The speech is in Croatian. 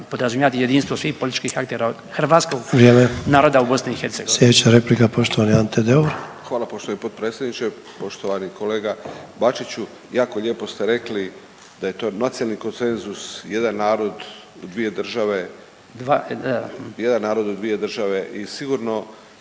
podrazumijevati jedinstveno svih političkih aktera hrvatskog naroda u BiH.